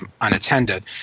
unattended